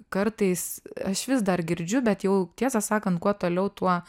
kartais aš vis dar girdžiu bet jau tiesą sakant kuo toliau tuo